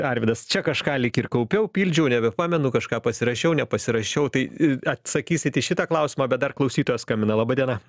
arvydas čia kažką lyg ir kaupiau pildžiau nebepamenu kažką pasirašiau nepasirašiau tai i atsakysit į šitą klausimą bet dar klausytojas skambina laba diena